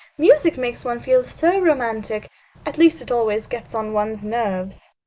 music makes one feel so romantic at least it always gets on one's nerves.